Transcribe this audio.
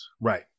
Right